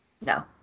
No